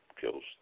kills